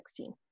2016